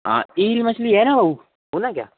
हाँ ईल मछली है ना भाऊ बोला क्या